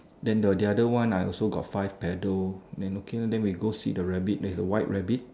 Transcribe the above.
then the other one I also got five petal then okay lor then we go see the rabbit there's a white rabbit